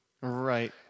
right